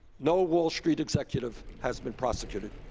no wall street executive has been prosecuted.